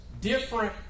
different